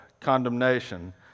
condemnation